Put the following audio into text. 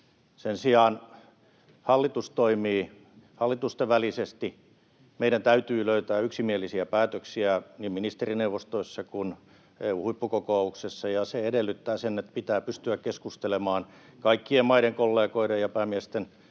Sen sijaan hallitus toimii hallitusten välisesti. Meidän täytyy löytää yksimielisiä päätöksiä niin ministerineuvostoissa kuin EU-huippukokouksessa, ja se edellyttää sitä, että pitää pystyä keskustelemaan kaikkien maiden kollegoiden ja päämiesten